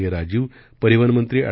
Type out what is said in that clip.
ए राजीव परिवहन मंत्री अॅड